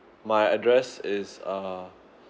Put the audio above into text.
my address is uh